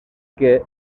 què